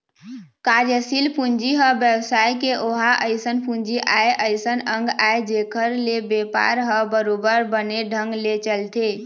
कार्यसील पूंजी ह बेवसाय के ओहा अइसन पूंजी आय अइसन अंग आय जेखर ले बेपार ह बरोबर बने ढंग ले चलथे